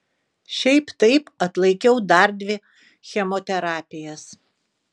šiaip taip atlaikiau dar dvi chemoterapijas